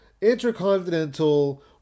intercontinental